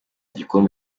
igikombe